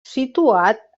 situat